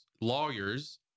lawyers